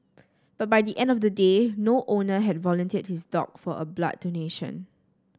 but by the end of the day no owner had volunteered his dog for a blood donation